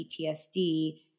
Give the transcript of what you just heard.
PTSD